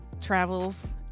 travels